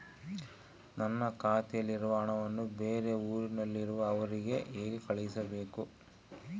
ನನ್ನ ಖಾತೆಯಲ್ಲಿರುವ ಹಣವನ್ನು ಬೇರೆ ಊರಿನಲ್ಲಿರುವ ಅವರಿಗೆ ಹೇಗೆ ಕಳಿಸಬೇಕು?